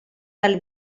dal